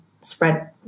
spread